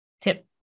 tip